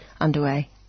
underway